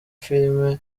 film